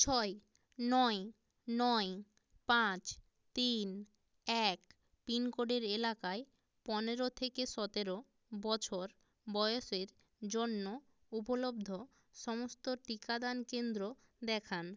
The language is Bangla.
ছয় নয় নয় পাঁচ তিন এক পিনকোডের এলাকায় পনেরো থেকে সতেরো বছর বয়সের জন্য উপলব্ধ সমস্ত টিকাদান কেন্দ্র দেখান